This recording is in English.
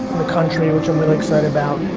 the country which i'm really excited about.